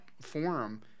forum